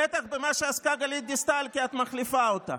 בטח במה שעסקה גלית דיסטל, כי את מחליפה אותה.